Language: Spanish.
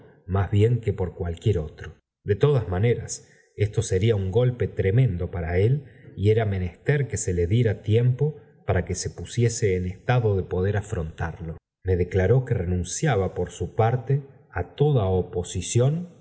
más bien que por cualquier otro de todas maneras esto sería un golpe tremendo para él y era menester que se le diera tiempo para que se pusiese en estado de poder afrontarlo me declaró que renunciaba por su parte á toda oposición